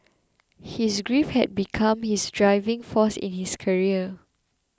his grief had become his driving force in his career